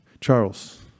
Charles